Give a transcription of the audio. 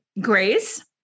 Grace